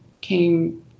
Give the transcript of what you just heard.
came